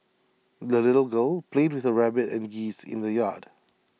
the little girl played with her rabbit and geese in the yard